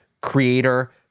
creator